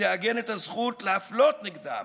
ותעגן את הזכות להפלות נגדם,